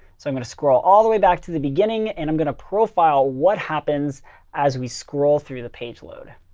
so i'm going to scroll all the way back to the beginning, and i'm going to profile what happens as we scroll through the page load.